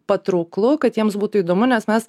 patrauklu kad jiems būtų įdomu nes mes